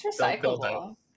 recyclable